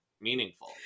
meaningful